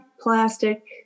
plastic